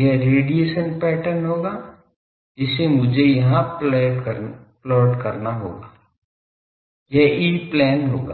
यह radiation pattern होगा जिसे मुझे यहाँ प्लॉट करना होगा यह ई प्लेन होगा